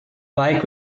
bike